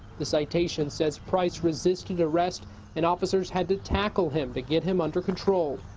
the citation says price resisted arrest and officers had to tackle him to get him under control.